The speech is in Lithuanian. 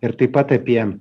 ir taip pat apie